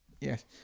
yes